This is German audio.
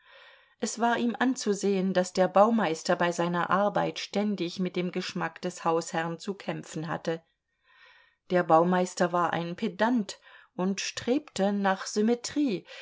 es war ihm anzusehen daß der baumeister bei seiner arbeit ständig mit dem geschmack des hausherrn zu kämpfen hatte der baumeister war ein pedant und strebte nach symmetrie